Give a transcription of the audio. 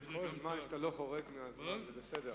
כל זמן שאתה לא חורג מהזמן, זה בסדר.